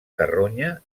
carronya